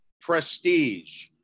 prestige